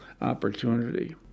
opportunity